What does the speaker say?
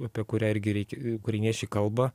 apie kurią irgi reikia ukrainiečiai kalba